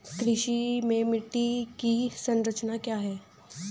कृषि में मिट्टी की संरचना क्या है?